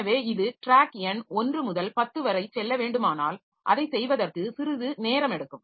எனவே இது ட்ராக் எண் 1 முதல் 10 வரை செல்ல வேண்டுமானால் அதைச் செய்வதற்கு சிறிது நேரம் எடுக்கும்